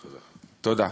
תודה.